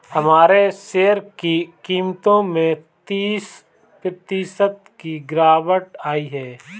हमारे शेयर की कीमतों में तीस प्रतिशत की गिरावट आयी है